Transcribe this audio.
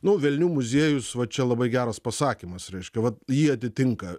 nu velnių muziejus va čia labai geras pasakymas reiškia vat jį atitinka